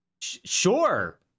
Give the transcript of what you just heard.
sure